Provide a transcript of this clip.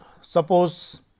suppose